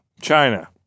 China